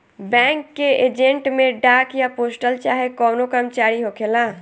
bank के agent में डाक या पोस्टल चाहे कवनो कर्मचारी होखेला